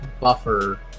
buffer